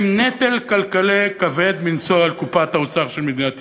הם נטל כלכלי כבד מנשוא על קופת האוצר של מדינת ישראל,